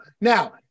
Now